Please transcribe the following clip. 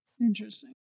Interesting